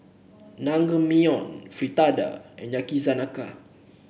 Naengmyeon Fritada and Yakizakana